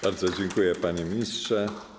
Bardzo dziękuję, panie ministrze.